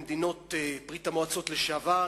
במדינות ברית-המועצות לשעבר,